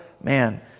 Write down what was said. man